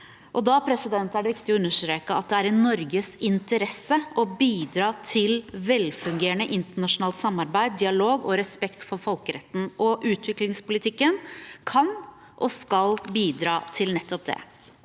Da er det viktig å understreke at det er i Norges interesse å bidra til velfungerende internasjonalt samarbeid, dialog og respekt for folkeretten. Utviklingspolitikken kan og skal bidra til nettopp det.